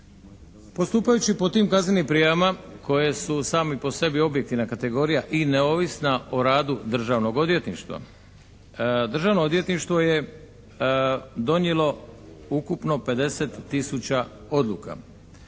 Postupajući po tim kaznenim prijavama koje su same po sebi objektivna kategorija i neovisna o radu državnog odvjetništva državno odvjetništvo je donijelo ukupno 50 tisuća odluka.